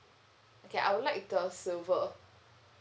okay I would like the silver